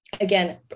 again